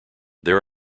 there